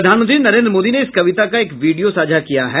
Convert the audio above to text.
प्रधानमंत्री नरेन्द्र मोदी ने इस कविता का एक वीडियो साझा किया है